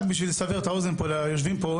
רק בשביל לסבר את האוזן ליושבים פה,